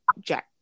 jack